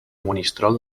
monistrol